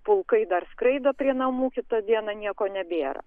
plaukai dar skraido prie namų kitą dieną nieko nebėra